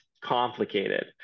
complicated